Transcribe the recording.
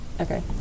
okay